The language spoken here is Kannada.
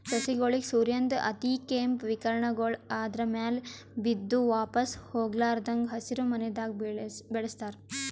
ಸಸಿಗೋಳಿಗ್ ಸೂರ್ಯನ್ದ್ ಅತಿಕೇಂಪ್ ವಿಕಿರಣಗೊಳ್ ಆದ್ರ ಮ್ಯಾಲ್ ಬಿದ್ದು ವಾಪಾಸ್ ಹೊಗ್ಲಾರದಂಗ್ ಹಸಿರಿಮನೆದಾಗ ಬೆಳಸ್ತಾರ್